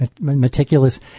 meticulous